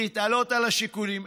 להתעלות מעל השיקולים.